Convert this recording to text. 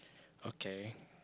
okay